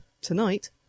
Tonight